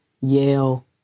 Yale